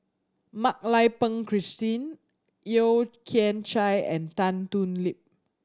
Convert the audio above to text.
Mak Lai Peng Christine Yeo Kian Chai and Tan Thoon Lip